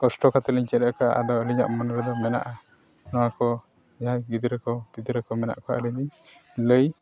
ᱠᱚᱥᱴᱚ ᱠᱟᱛᱮᱫ ᱞᱤᱧ ᱪᱮᱫ ᱟᱠᱟᱫᱼᱟ ᱟᱫᱚ ᱟᱹᱞᱤᱧᱟᱜ ᱢᱚᱱᱮ ᱨᱮᱫᱚ ᱢᱮᱱᱟᱜᱼᱟ ᱱᱚᱣᱟ ᱠᱚ ᱡᱟᱦᱟᱸᱭ ᱜᱤᱫᱽᱨᱟᱹ ᱠᱚ ᱯᱤᱫᱽᱨᱟᱹ ᱠᱚ ᱢᱮᱱᱟᱜ ᱠᱚᱣᱟ ᱟᱹᱞᱤᱧ ᱞᱤᱧ ᱞᱟᱹᱭ